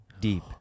deep